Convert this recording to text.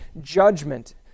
judgment